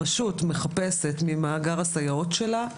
הרשות מחפשת ממאגר הסייעות שלה.